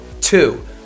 two